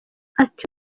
ati